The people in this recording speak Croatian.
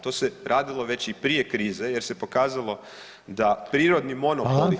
To se radilo već i prije krize jer se pokazalo da prirodni monopoli